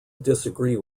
disagree